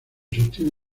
sostiene